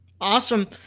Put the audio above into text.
Awesome